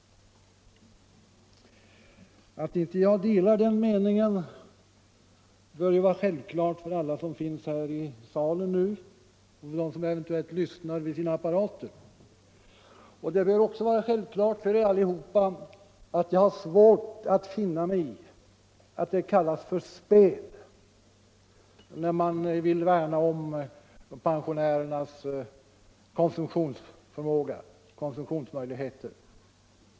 Att jag inte delar den meningen bör stå klart för alla som nu finns här i kammaren och för dem som eventuellt lyssnar vid sina högtalare. Det bör också stå klart för er alla att jag har svårt att finna mig i att det kallas för spel när man vill värna om pensionärernas konsumtionsmöjligheter.